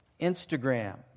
Instagram